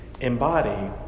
embody